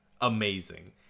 amazing